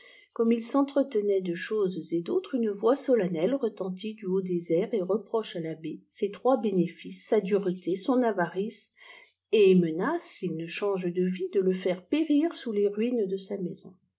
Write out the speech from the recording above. comme ils s'entretenaient d choses et d'autres une voix solennelle retentit au haut des airs et reproche à l'abbé ses trois bénéfices sa dureté son avarice et menace s'il ne change de vip de le faire périr sous les ruines de sa maison